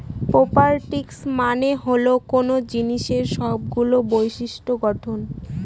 properties মানে হল কোনো জিনিসের সবগুলো বিশিষ্ট্য গঠন